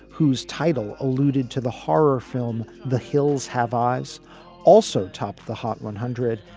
whose title alluded to the horror film. the hills have eyes also topped the hot one hundred,